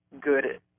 good